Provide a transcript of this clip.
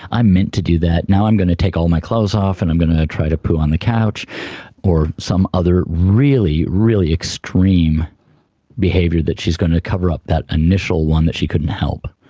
i meant to do that, now i'm going to take all my clothes off and i'm going to try and poo on the couch or some other really, really extreme behaviour that she is going to cover up that initial one that she couldn't help.